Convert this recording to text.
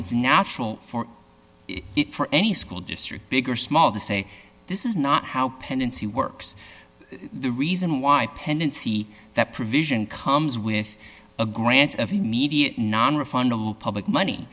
it's natural for it for any school district big or small to say this is not how pendency works the reason why pendency that provision comes with a grant of immediate nonrefundable public money